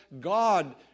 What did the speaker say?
God